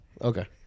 Okay